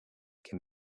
can